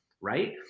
right